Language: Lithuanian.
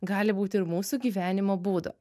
gali būti ir mūsų gyvenimo būdo